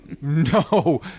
No